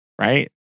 Right